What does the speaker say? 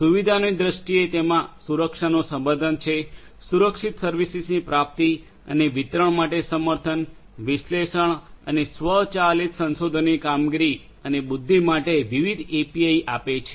સુવિધાઓની દ્રષ્ટિએ તેમાં સુરક્ષાનું સમર્થન છે સુરક્ષિત સર્વિસીસની પ્રાપ્તિ અને વિતરણ માટે સમર્થન વિશ્લેષણ અને સ્વચાલિત સંશોધનની કામગીરી અને બુદ્ધિ માટે વિવિધ એપીઆઇ આપે છે